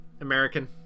American